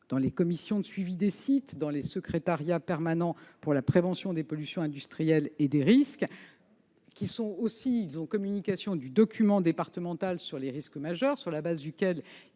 dans les commissions de suivi de site et dans les secrétariats permanents pour la prévention des pollutions et des risques industriels. Ils ont également communication du document départemental sur les risques majeurs, document sur la base duquel ils